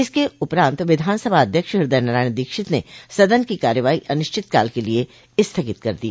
इसके उपरान्त विधानसभा अध्यक्ष हृदय नारायण दीक्षित ने सदन की कार्रवाई अनिश्चितकाल के लिये स्थगित कर दी